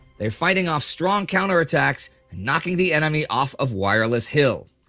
they are fighting off strong counterattacks and knocking the enemy off of wireless hill.